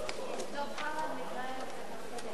נתקבל.